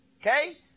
Okay